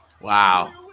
Wow